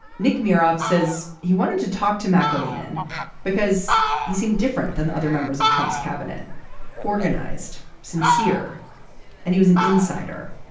nick miron says he wanted to talk to ah lean in because he seemed different than other members of trump's cabinet organized sincere and he was an insider.